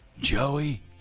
Joey